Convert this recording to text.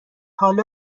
حالا